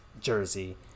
jersey